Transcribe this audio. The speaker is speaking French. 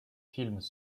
films